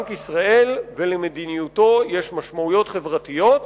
לבנק ישראל ולמדיניותו יש משמעתיות חברתיות,